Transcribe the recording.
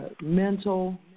Mental